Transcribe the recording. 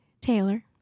Taylor